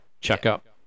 checkup